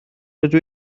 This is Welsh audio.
rydw